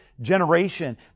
generation